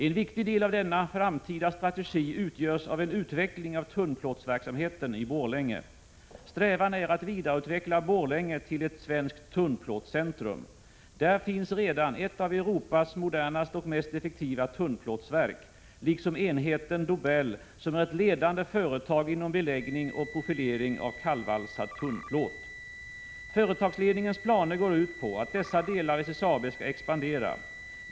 En viktig del av den framtida strategin utgörs av en utveckling av tunnplåtsverksamheten i Borlänge. Strävan är att vidareutveckla Borlänge till ett svenskt tunnplåtscentrum. Där finns redan ett av Europas modernaste och mest effektiva tunnplåtsverk, liksom enheten Dobel, som är ett ledande företag inom beläggning och profilering av kallvalsad tunnplåt. Företagsledningens planer går ut på att dessa delar av SSAB skall expandera.